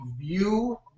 view